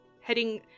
heading